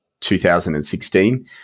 2016